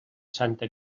santa